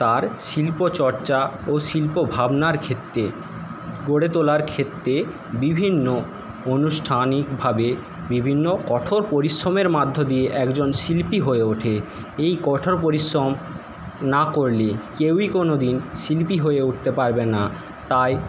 তার শিল্পচর্চা ও শিল্পভাবনার ক্ষেত্রে গড়ে তোলার ক্ষেত্রে বিভিন্ন অনুষ্ঠানিকভাবে বিভিন্ন কঠোর পরিশ্রমের মাধ্য দিয়ে একজন শিল্পী হয়ে ওঠে এই কঠোর পরিশ্রম না করলে কেউই কোনোদিন শিল্পী হয়ে উঠতে পারবে না তাই